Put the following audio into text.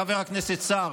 חבר הכנסת סער,